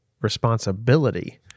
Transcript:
responsibility